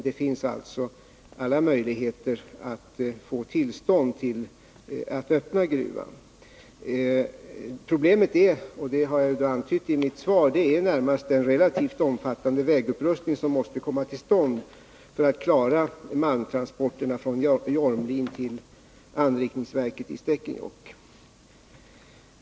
Det finns alltså alla möjligheter att få tillstånd att öppna gruvan. Som jag antytt i mitt svar är problemet närmast den relativt omfattande vägupprustning som måste komma till stånd för att man skall kunna klara malmtransporterna från Jormlien till anrikningsverket i Stekenjokk.